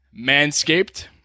Manscaped